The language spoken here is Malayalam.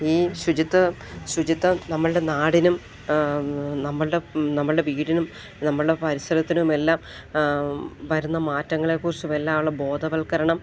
ഈ ശുചിത്വ ശുചിത്വം നമ്മളുടെ നാടിനും നമ്മളുടെ നമ്മളുടെ വീടിനും നമ്മളുടെ പരിസരത്തിനും എല്ലാം വരുന്ന മാറ്റങ്ങളെക്കുറിച്ചും എല്ലാം ഉള്ള ബോധവൽക്കരണം